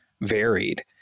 varied